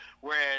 Whereas